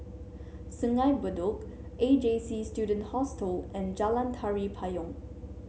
Sungei Bedok A J C Student Hostel and Jalan Tari Payong